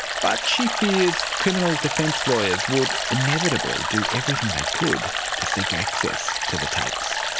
but she fears criminal defence lawyers would inevitably do everything they could to seek access to the tapes.